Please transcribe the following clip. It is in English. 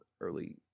early